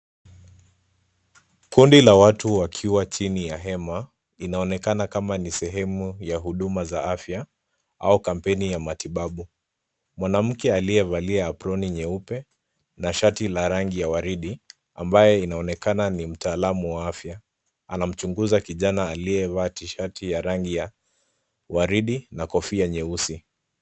Kundi la watu wakiwa chini ya hema . Inaonekana kama ni sehemu ya huduma za afya au kampeni ya matibabu . Mwanamke aliyevalia aproni nyeupe na shati la rangi ya waridi, ambayo inaonekana ni mtaalamu wa afya . Anamchunguza kijana aliyevaa tishati ya rangi ya waridi na kofia nyeusi.